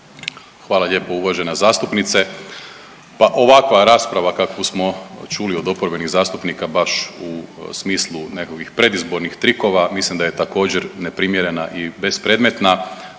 Hvala lijepo uvažena zastupnice. Pa ovakva rasprava kakvu smo čuli od oporbenih zastupnika baš u smislu nekakvih predizbornih trikova mislim da je također neprimjerena i bespredmetna.